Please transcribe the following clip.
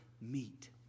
meet